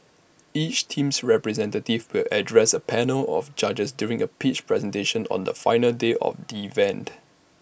each team's representative will address A panel of judges during A pitch presentation on the final day of the event